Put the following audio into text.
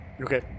Okay